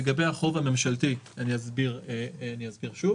לגבי החוב הממשלתי אני אסביר שוב,